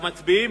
אנחנו מצביעים.